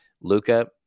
Luca